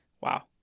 Wow